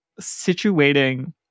situating